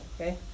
Okay